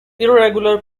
irregular